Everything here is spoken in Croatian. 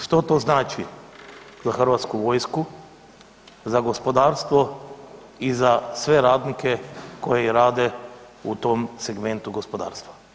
Što to znači za Hrvatsku vojsku, za gospodarstvo i za sve radnike koji rade u tom segmentu gospodarstva?